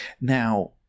Now